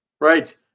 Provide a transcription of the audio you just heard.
Right